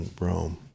Rome